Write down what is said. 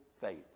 faith